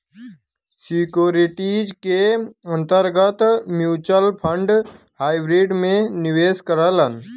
securities के अंतर्गत mutual fund hybrid में में निवेश करेलन